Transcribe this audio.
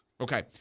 Okay